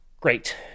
Great